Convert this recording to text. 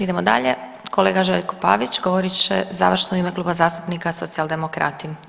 Idemo dalje, kolega Željko Pavić govorit će završno u ime Kluba zastupnika Socijaldemokrati.